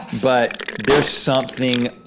but there's something,